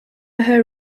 her